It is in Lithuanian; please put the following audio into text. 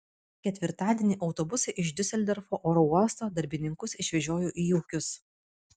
ketvirtadienį autobusai iš diuseldorfo oro uosto darbininkus išvežiojo į ūkius